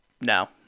no